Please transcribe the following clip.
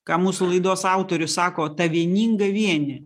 ką mūsų laidos autorius sako tą vieningą vienį